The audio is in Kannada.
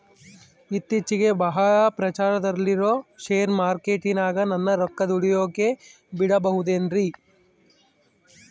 ಇತ್ತೇಚಿಗೆ ಬಹಳ ಪ್ರಚಾರದಲ್ಲಿರೋ ಶೇರ್ ಮಾರ್ಕೇಟಿನಾಗ ನನ್ನ ರೊಕ್ಕ ದುಡಿಯೋಕೆ ಬಿಡುಬಹುದೇನ್ರಿ?